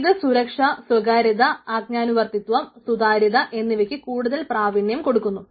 ഇത് സുരക്ഷ സ്വകാര്യത ആജ്ഞാനുവർത്തിത്വം സുതാര്യത എന്നിവയ്ക്ക് കൂടുതൽ പ്രാവീണ്യം കൊടുക്കുന്നു